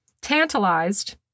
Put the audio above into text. tantalized